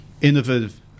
innovative